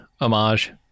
homage